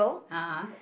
a'ah